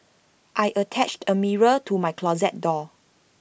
I attached A mirror to my closet door